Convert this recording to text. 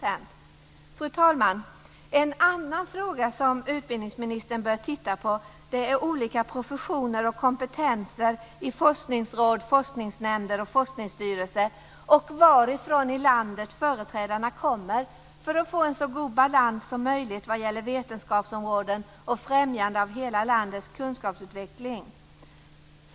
En annan fråga som utbildningsministern bör titta på är olika professioner och kompetenser i forskningsråd, forskningsnämnder och forskningsstyrelser och varifrån i landet företrädarna kommer för att få en så god balans som möjligt vad gäller vetenskapsområden och främjande av hela landets kunskapsutveckling.